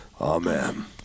Amen